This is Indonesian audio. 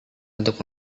untuk